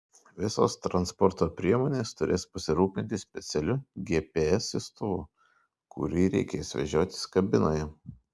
visos transporto priemonės turės pasirūpinti specialiu gps siųstuvu kurį reikės vežiotis kabinoje